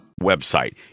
Website